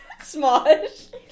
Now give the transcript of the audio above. Smosh